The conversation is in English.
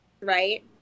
right